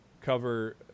cover